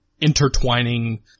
intertwining